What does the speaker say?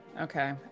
Okay